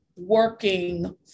working